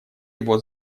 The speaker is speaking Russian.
его